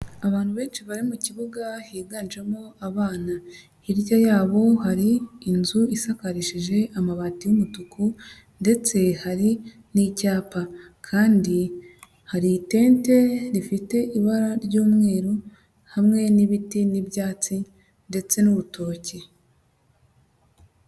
Abantu benshi bari mu kibuga higanjemo abana, hirya yabo hari inzu isakarishije amabati y'umutuku ndetse hari n'icyapa kandi hari itente rifite ibara ry'umweru hamwe n'ibiti n'ibyatsi ndetse n'urutoki.